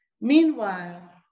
Meanwhile